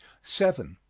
seven.